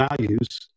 values